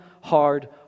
hard